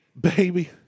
baby